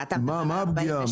מה הפגיעה?